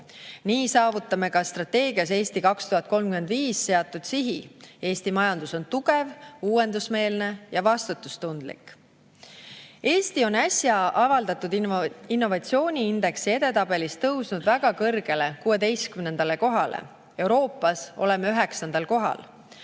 Nii saavutame ka strateegias "Eesti 2035" seatud sihi: Eesti majandus on tugev, uuendusmeelne ja vastutustundlik. Eesti on äsja avaldatud innovatsiooniindeksi edetabelis tõusnud väga kõrgele, 16. kohale. Euroopas oleme 9. kohal.